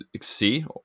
see